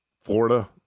Florida